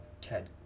Ted